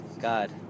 God